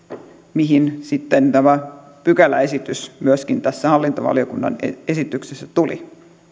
mihin sitten tämä pykäläesitys myöskin hallintovaliokunnan esityksessä tuli